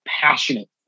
passionate